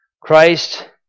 Christ